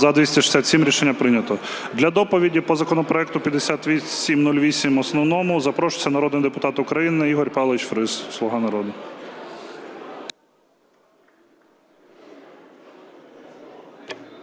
За-267 Рішення прийнято. Для доповіді по законопроекту 5708 (основному) запрошується народний депутат України Ігор Павлович Фріс, "Слуга народу".